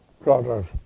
products